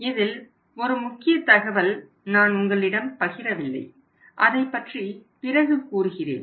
இதில் ஒரு முக்கிய தகவல் நான் உங்களிடம் பகிரவில்லை அதைப் பற்றி பிறகு கூறுகிறேன்